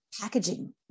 packaging